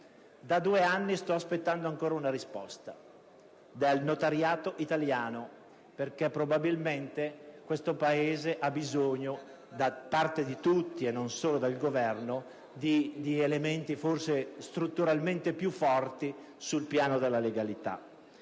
da due anni sto aspettando ancora una risposta dal Notariato italiano. Probabilmente questo Paese ha bisogno, da parte di tutti e non solo del Governo, di elementi strutturalmente più forti sul piano della legalità.